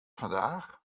vandaag